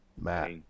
Matt